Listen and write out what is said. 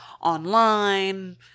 online